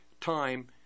time